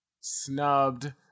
snubbed